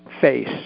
face